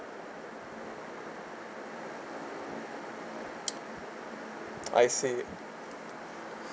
I see